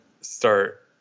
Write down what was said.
start